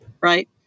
right